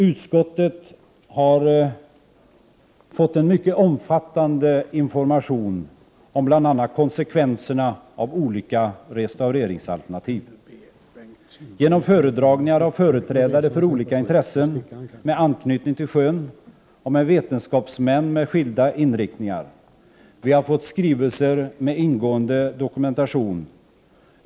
Utskottet har genom föredragningar av företrädare för olika intressen med anknytning till sjön och av vetenskapsmän med skilda inriktningar fått en mycket omfattande information om bl.a. konsekvenserna av olika restaureringsalternativ. Vi har fått skrivelser med ingående dokumentation.